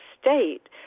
state